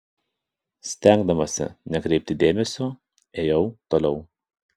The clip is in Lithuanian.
stengdamasi nekreipti dėmesio ėjau toliau